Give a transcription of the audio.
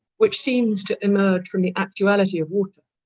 which seems to emerge from the actuality of water.